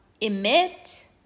emit